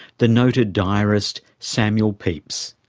the noted diarist samuel pepys.